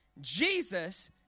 Jesus